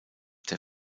der